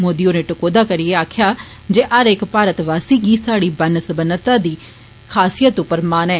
मोदी होरे टकोहदा करिए आक्खेया जे हरेक भारतवासी गी साढ़ी बन सबन्नता दी खासियत पर मान ऐ